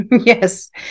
Yes